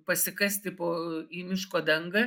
pasikasti po į miško dangą